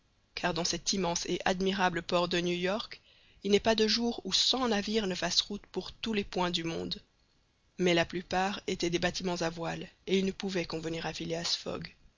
car dans cet immense et admirable port de new york il n'est pas de jour où cent navires ne fassent route pour tous les points du monde mais la plupart étaient des bâtiments à voiles et ils ne pouvaient convenir à phileas